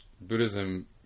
Buddhism